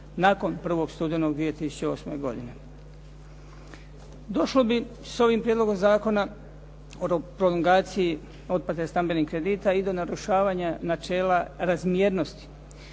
nakon 1. studenog 2008. godine. Došlo bi s ovim prijedlogom zakona o prolongaciji stambenih kredita i do narušavanja načela razmjernosti,